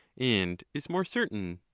and is more certain?